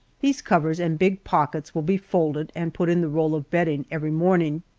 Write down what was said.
these covers and big pockets will be folded and put in the roll of bedding every morning.